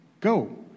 go